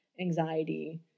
anxiety